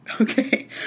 Okay